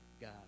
God